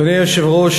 אדוני היושב-ראש,